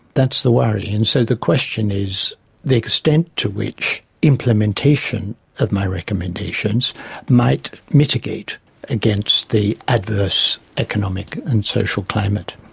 that's the worry, and so the question is the extent to which implementation of my recommendations might mitigate against the adverse economic and social climate.